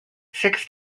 six